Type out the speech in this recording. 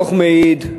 הדוח מעיד,